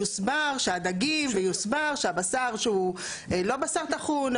יוסבר שהדגים ויוסבר שהבשר שהוא לא בשר טחון,